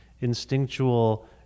instinctual